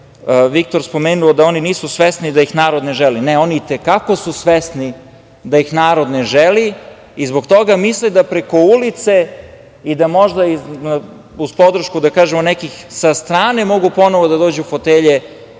Viktor je spomenuo da oni nisu svesni da ih narod ne želi. Ne, oni i te kako su svesni da ih narod ne želi i zbog toga misle da preko ulice i da možda uz podršku, da kažemo, nekih sa strane mogu ponovo da dođu do fotelje